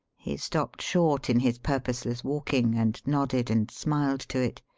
he stopped short in his purposeless walking and nodded and smiled to it.